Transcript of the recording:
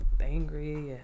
angry